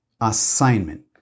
Assignment